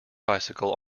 bicycle